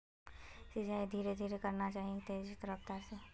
सिंचाई धीरे धीरे करना चही या तेज रफ्तार से?